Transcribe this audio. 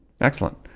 Excellent